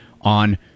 on